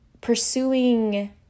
pursuing